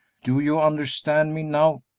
do you understand me now,